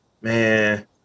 man